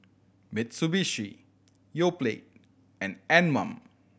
Mitsubishi Yoplait and Anmum